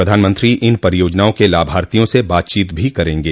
प्रधानमंत्री इन परियाजनाओं के लाभार्थियों से बातचीत भी करेंगे